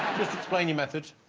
just explain your message.